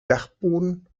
dachboden